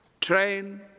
train